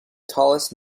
tallest